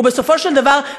ובסופו של דבר,